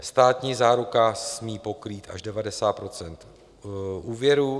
Státní záruka smí pokrýt až 90 % úvěrů.